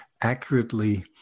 accurately